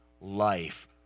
Life